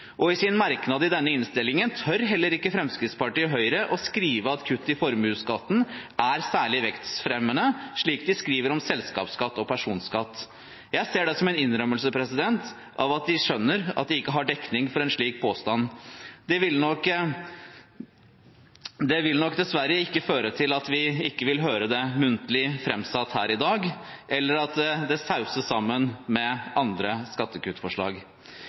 bedrifter. I sin merknad til denne innstillingen tør heller ikke Fremskrittspartiet og Høyre å skrive at kutt i formuesskatten er særlig vekstfremmende, slik de skriver om selskapsskatt og personskatt. Jeg ser dette som en innrømmelse av at de skjønner at de ikke har dekning for en slik påstand. Det vil nok dessverre ikke føre til at vi ikke vil høre det muntlig framsatt her i dag, eller at det sauses sammen med andre skattekuttforslag.